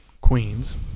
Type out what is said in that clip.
Queens